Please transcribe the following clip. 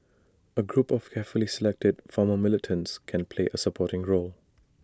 A group of carefully selected former militants can play A supporting role